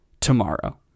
tomorrow